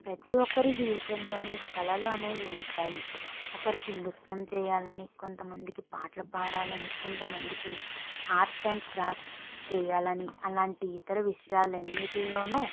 ప్రతీ ఒక్కరి జీవితంలోను కళలు అనేవి ఉంటాయి ఒకరికి నృత్యం చేయాలని కొంత మందికి పాటలు పాడాలని కొంత మందికి ఆర్ట్ అండ్ క్రాఫ్ట్ చేయాలని అలాంటి ఇతర విషయాలన్నింటిలోనూ